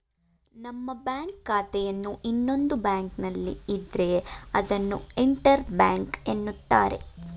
ನಮ್ಮ ಬ್ಯಾಂಕ್ ಖಾತೆಯನ್ನು ಇನ್ನೊಂದು ಬ್ಯಾಂಕ್ನಲ್ಲಿ ಇದ್ರೆ ಅದನ್ನು ಇಂಟರ್ ಬ್ಯಾಂಕ್ ಎನ್ನುತ್ತಾರೆ